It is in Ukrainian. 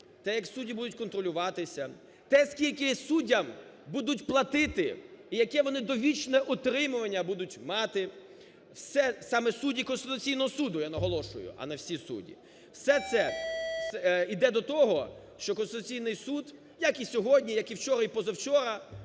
те, як судді будуть контролюватися, те, скільки суддям будуть платити і яке вони довічне утримування будуть мати, все… – саме судді Конституційний Суду, я наголошую, а не всі судді – все це іде до того, що Конституційний Суд, як і сьогодні, як і вчора, і позавчора,